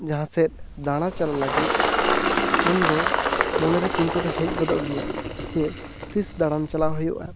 ᱡᱟᱦᱟᱸ ᱥᱮᱫ ᱫᱟᱬᱟ ᱪᱟᱞᱟᱜ ᱞᱟᱹᱜᱤᱫ ᱩᱱ ᱫᱚ ᱢᱚᱱᱮ ᱨᱮ ᱪᱤᱱᱛᱟᱹ ᱫᱚ ᱦᱮᱡ ᱜᱚᱫᱚᱜ ᱜᱮᱭᱟ ᱡᱮ ᱛᱤᱥ ᱫᱟᱲᱟᱱ ᱪᱟᱞᱟᱜ ᱦᱩᱭᱩᱜᱼᱟ